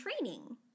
training